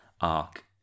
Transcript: arc